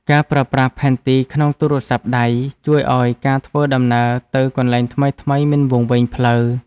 ការប្រើប្រាស់ផែនទីក្នុងទូរស្ទព្ទដៃ ជួយឱ្យការធ្វើដំណើរទៅកន្លែងថ្មីៗមិនវង្វេងផ្លូវ។